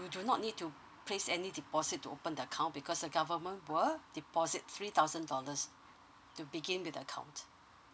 you do not need to place any deposit to open the account because the government will deposit three thousand dollars to begin with the account